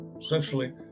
essentially